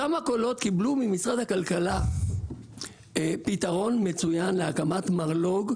אותן מכולות קיבלו ממשרד הכלכלה פתרון מצוין להקמת מרלו"ג